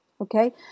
Okay